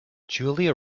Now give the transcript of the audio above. julia